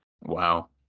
Wow